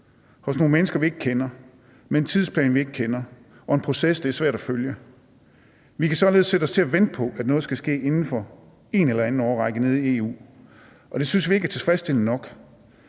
hos nogle mennesker, vi ikke kender, med en tidsplan, vi ikke kender, og i en proces, det er svært at følge. Vi kan således sætte os til at vente på, at noget skal ske inden for en eller anden årrække nede i EU, og det synes vi ikke er tilfredsstillende nok.